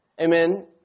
amen